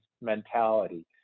mentality